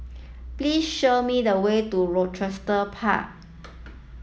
please show me the way to Rochester Park